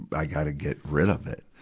i gotta get rid of it.